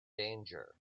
danger